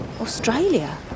Australia